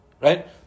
right